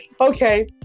okay